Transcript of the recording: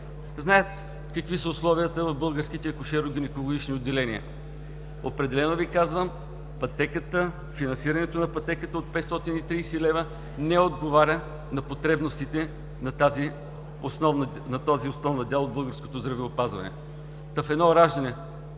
знаят какви са условията в българските акушеро-гинекологични отделения. Определено Ви казвам: финансирането на пътеката от 530 лв. не отговаря на потребностите на този основен дял от българското здравеопазване. В едно раждане,